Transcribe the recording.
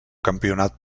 campionat